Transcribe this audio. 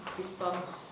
response